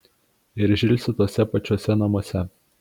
ir žilsi tuose pačiuose namuose